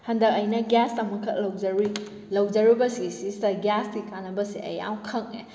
ꯍꯟꯗꯛ ꯑꯩꯅ ꯒ꯭ꯌꯥꯁ ꯑꯃꯈꯛ ꯂꯧꯖꯔꯨꯏ ꯂꯧꯖꯔꯨꯕ ꯁꯤ ꯁꯤꯗꯩꯁꯤꯗ ꯒ꯭ꯌꯥꯁꯀꯤ ꯀꯥꯟꯅꯕꯁꯦ ꯑꯩ ꯌꯥꯝ ꯈꯪꯉꯦ